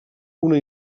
una